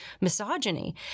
misogyny